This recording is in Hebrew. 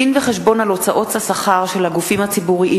דין-וחשבון על הוצאות השכר של הגופים הציבוריים